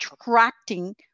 attracting